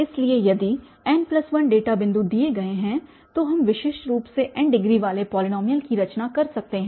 इसलिए यदि n1 data बिन्दु दिए गए हैं तो हम विशिष्ट रूप से n डिग्री वाले पॉलीनॉमियल की रचना कर सकते हैं